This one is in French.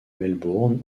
melbourne